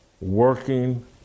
working